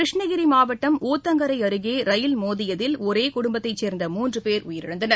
கிருஷ்ணகிரி மாவட்டம் ஊத்தங்கரை அருகே ரயில் மோதியதில் ஒரே குடும்பத்தைச் சேர்ந்த மூன்று பேர் உயிரிழந்தனர்